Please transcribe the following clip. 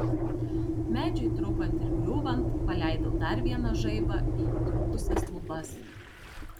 medžiui trupant ir griūvant paleidau dar vieną žaibą į įtrūkusias lubas